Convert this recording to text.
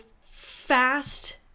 fast